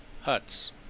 huts